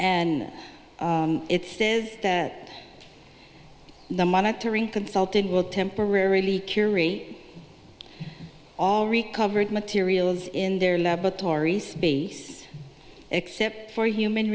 and it says that the monitoring consultant will temporarily curie all recovered materials in their laboratory space except for human